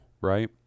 right